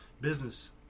business